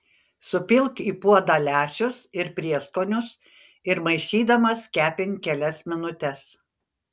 supilk į puodą lęšius ir prieskonius ir maišydamas kepink kelias minutes